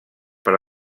per